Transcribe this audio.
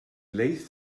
lathe